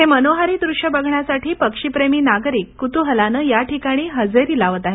हे मनोहारी ृश्य बघण्यासाठी पक्षीप्रेमी नागरिक क्तूहलाने याठिकाणी हजेरी लावत आहेत